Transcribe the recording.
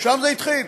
שם זה התחיל.